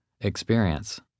experience